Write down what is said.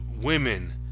women